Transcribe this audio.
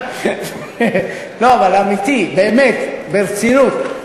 לא, אבל אמיתי, באמת, ברצינות.